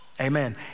amen